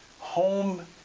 Home